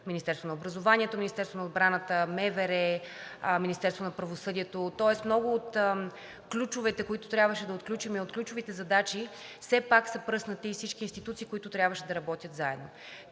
Министерството на образованието и науката, Министерството на отбраната, МВР, Министерството на правосъдието, тоест много от ключовете, които трябваше да отключим, и от ключовите задачи все пак са пръснати из всички институции, които трябваше да работят заедно.